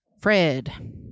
Fred